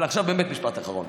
אבל עכשיו באמת משפט אחרון,